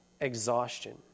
exhaustion